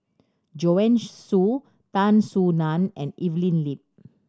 Joanne Soo Tan Soo Nan and Evelyn Lip